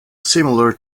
similar